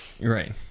right